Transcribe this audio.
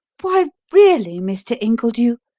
why, really, mr. ingledew,